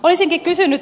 olisinkin kysynyt